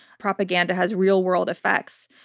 propaganda has real-world effects.